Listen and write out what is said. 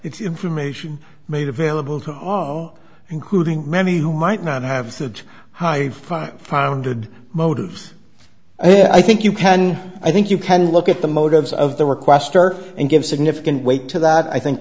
it's information made available to all including many who might not have such high founded motives i think you can i think you can look at the motives of the requester and give significant weight to that i think